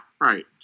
right